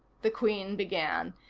the queen began,